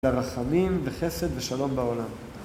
לרחמים וחסד ושלום בעולם.